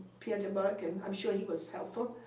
pierre demarque. and i'm sure he was helpful.